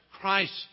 Christ